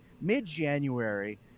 Mid-January